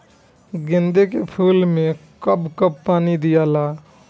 गेंदे के फूल मे कब कब पानी दियाला?